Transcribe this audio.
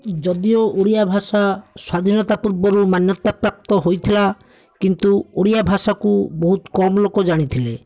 ଯଦିଓ ଓଡ଼ିଆ ଭାଷା ସ୍ଵାଧୀନତା ପୂର୍ବରୁ ମାନ୍ୟତା ପ୍ରାପ୍ତ ହୋଇଥିଲା କିନ୍ତୁ ଓଡ଼ିଆ ଭାଷାକୁ ବହୁତ କମ୍ ଲୋକ ଜାଣିଥିଲେ